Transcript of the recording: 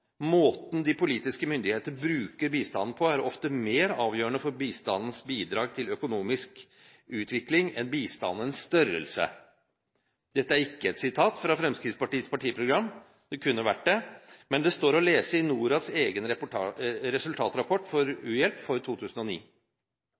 Måten de politiske myndigheter bruker bistanden på, er ofte mer avgjørende for bistandens bidrag til økonomisk utvikling enn bistandens størrelse. Dette er ikke et sitat fra Fremskrittspartiets partiprogram – det kunne ha vært det – men det står å lese i Norads egen resultatrapport for